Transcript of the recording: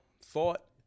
thought